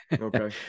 Okay